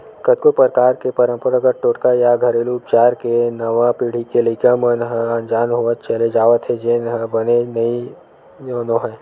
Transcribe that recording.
कतको परकार के पंरपरागत टोटका या घेरलू उपचार ले नवा पीढ़ी के लइका मन ह अनजान होवत चले जावत हे जेन ह बने बात नोहय